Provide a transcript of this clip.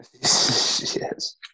yes